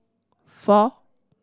four